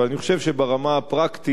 אבל אני חושב שברמה הפרקטית